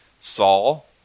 Saul